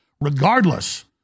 regardless